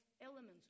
elements